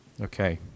Okay